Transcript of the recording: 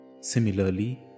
Similarly